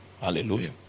Hallelujah